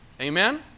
Amen